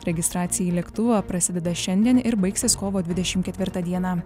registracija į lėktuvą prasideda šiandien ir baigsis kovo dvidešim ketvirtą dieną